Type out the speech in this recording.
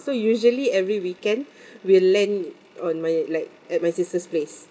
so usually every weekend we'll land on my like at my sister's place